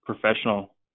professional